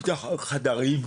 תפתח עוד חדרים,